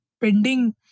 pending